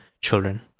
children